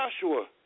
Joshua